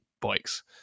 bikes